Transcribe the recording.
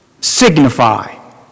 signify